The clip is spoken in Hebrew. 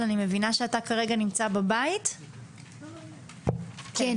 אני מבינה שאתה נמצא כרגע בבית כבר כמה שבועות.